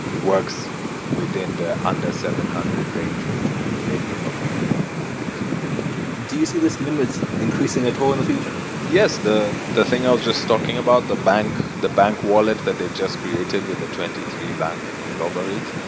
works within the under seven hundred range which we play with on the mobile money so do you see this limit increasing at all in the future? yes. the the thing i was just talking about, the bank the bank wallet that they've just created with a twenty three conglomerate,